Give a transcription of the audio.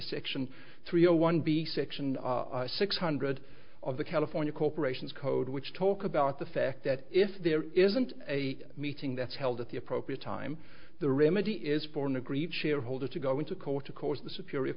section three zero one b section six hundred of the california corporation's code which talk about the fact that if there isn't a meeting that's held at the appropriate time the remedy is for an agreed shareholder to go into court of course the superior